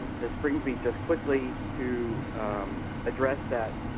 this brings me just quickly to address that